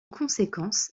conséquences